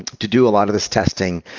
to do a lot of this testing.